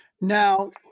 Now